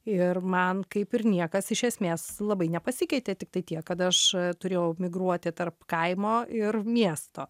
ir man kaip ir niekas iš esmės labai nepasikeitė tiktai tiek kad aš turėjau migruoti tarp kaimo ir miesto